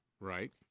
Right